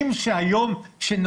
אתה גם חבר הכנסת